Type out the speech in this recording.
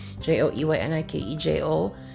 J-O-E-Y-N-I-K-E-J-O